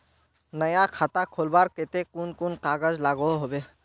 नया खाता खोलवार केते कुन कुन कागज लागोहो होबे?